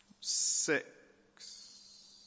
six